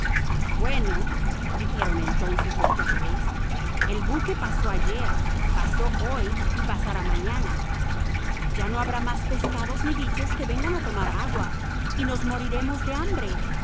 bueno dijeron entonces los yacarés el buque pasó ayer pasó hoy y pasará mañana ya no habrá más peces ni bichos que vengan a tomar agua y nos moriremos de hambre